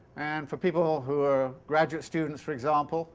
and for people who are graduate students, for example